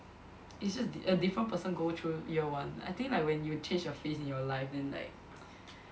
it's just d~ different person go through year one I think like when you change your phase in your life in like